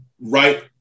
right